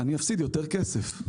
אני אפסיד יותר כסף.